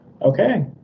Okay